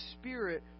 spirit